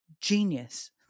Genius